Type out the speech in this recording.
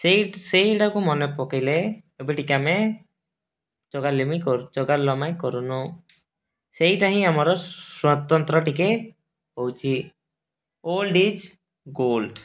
ସେଇ ସେଇଡ଼ାକୁ ମନେ ପକେଇଲେ ଏବେ ଟିକେ ଆମେ ଚଗାଲିମୀ କରୁ ଚଗଲାମୀ କରୁନୁ ସେଇଟା ହିଁ ଆମର ସ୍ୱତନ୍ତ୍ର ଟିକେ ହେଉଛି ଓଲ୍ଡ ଇଜ୍ ଗୋଲ୍ଡ